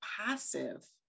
passive